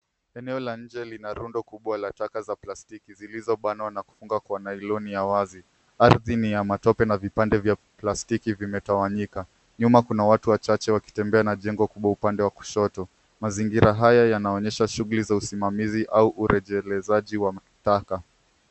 Eneo la nje lina rundo kubwa la taka za plastiki zilizobanwa na kufungwa kwa nailoni ya wazi. Ardhi ni ya matope na vipande vya plastiki vimetawanyika. Nyuma kuna watu wachache wakitembea na jengo kubwa upande wa kushoto. Mazingira haya yanaonyesha shughuli za usimamizi au urejelezaji wa taka.